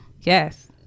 yes